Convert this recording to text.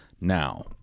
now